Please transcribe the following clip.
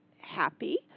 happy